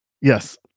Yes